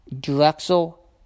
Drexel